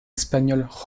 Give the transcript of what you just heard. espagnols